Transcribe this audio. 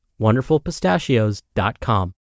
wonderfulpistachios.com